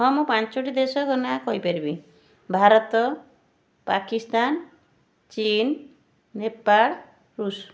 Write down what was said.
ହଁ ମୁଁ ପାଞ୍ଚଟି ଦେଶର ନାଁ କହିପାରିବି ଭାରତ ପାକିସ୍ତାନ ଚୀନ୍ ନେପାଳ ରୁଷ୍